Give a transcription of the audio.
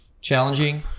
challenging